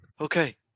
okay